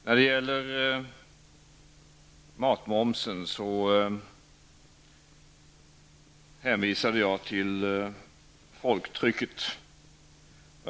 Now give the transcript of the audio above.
Beträffande matmomsen hänvisade jag till folktrycket.